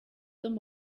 them